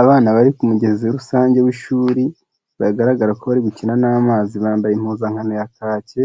Abana bari ku mugezi rusange w'ishuri bagaragara ko bari gukina n'amazi bambaye impuzankano ya kake,